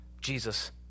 Jesus